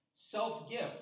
Self-gift